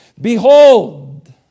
Behold